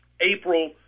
April